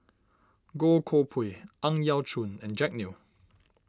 Goh Koh Pui Ang Yau Choon and Jack Neo